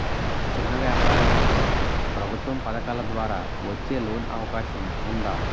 చిన్న వ్యాపారాలకు ప్రభుత్వం పథకాల ద్వారా వచ్చే లోన్ అవకాశం ఉందా?